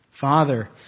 Father